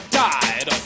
died